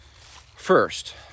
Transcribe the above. first